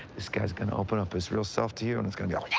this guy's gonna open up his real self to you, and it's gonna be all yeah